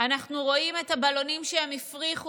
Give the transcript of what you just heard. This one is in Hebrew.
אנחנו רואים את הבלונים שהם הפריחו